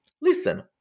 listen